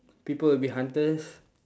people will be hunters